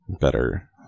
better